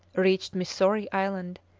reached missory island,